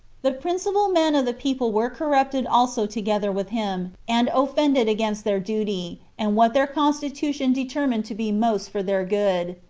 the principal men of the people were corrupted also together with him, and offended against their duty, and what their constitution determined to be most for their good.